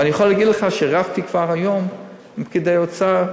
ואני יכול להגיד לך שרבתי כבר היום עם פקידי האוצר,